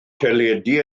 teledu